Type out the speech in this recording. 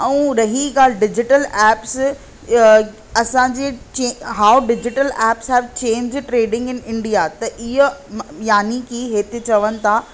ऐं रही ॻाल्हि डिजिटल एप्स या असांजे हाओ digital apps are change trading in India त इहो यानी की हिते चवनि था